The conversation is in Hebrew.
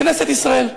כנסת ישראל,